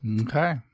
Okay